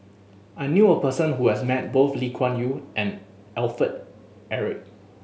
I knew a person who has met both Lee Kuan Yew and Alfred Eric